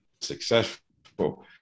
successful